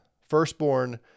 Firstborn